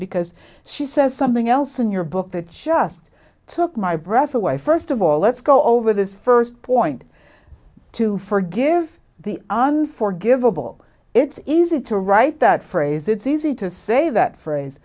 because she says something else in your book that just took my breath away first of all let's go over this first point to forgive the unforgivable it is it to write that phrase it's easy to say that phrase